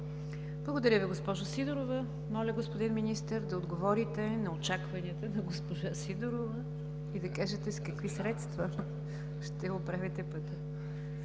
Благодаря, госпожо Сидорова. Господин Министър, моля да отговорите на очакванията на госпожа Сидорова и да кажете с какви средства ще оправите пътя.